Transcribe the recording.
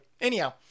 Anyhow